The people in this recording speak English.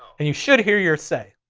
and you should hear your say.